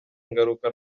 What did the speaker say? ingaruka